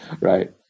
right